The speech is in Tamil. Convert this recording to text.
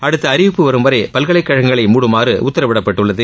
அடுத்த அறிவிப்பு வரும் வரை பல்கலைக்கழகங்களை முடுமாறு உத்தரவிடப்பட்டுள்ளது